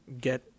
get